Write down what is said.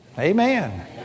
Amen